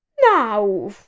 Now